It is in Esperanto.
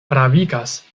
pravigas